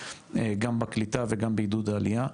גם בקליטה וגם בעידוד העלייה.